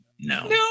No